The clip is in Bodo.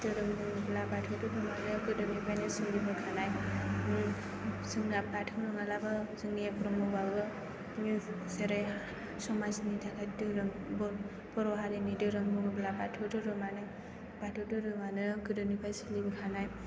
धोरोम होनोब्ला बाथौ धोरोमआनो गोदोनिफ्रायनो सोलिबोखानाय जोंना बाथौ नङाब्लाबो जोंनिया ब्रह्मबाबो जेरै समाजनि थाखाय धोरोम बर' हारिनि धोरोम बुङोब्ला बाथौ धोरोमआनो बाथौ धोरोमआनो गोदोनिफ्राय सोलिबोखानाय